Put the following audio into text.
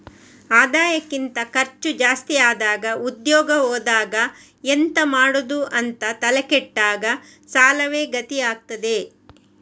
ಆದಾಯಕ್ಕಿಂತ ಖರ್ಚು ಜಾಸ್ತಿ ಆದಾಗ ಉದ್ಯೋಗ ಹೋದಾಗ ಎಂತ ಮಾಡುದು ಅಂತ ತಲೆ ಕೆಟ್ಟಾಗ ಸಾಲವೇ ಗತಿ ಆಗ್ತದೆ